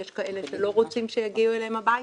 יש כאלה שלא רוצים שיגיעו אליהם הביתה,